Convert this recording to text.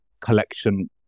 collection